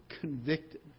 convicted